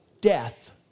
death